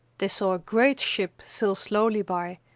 they saw a great ship sail slowly by,